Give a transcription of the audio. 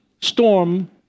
storm